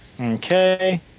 Okay